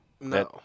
No